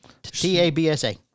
T-A-B-S-A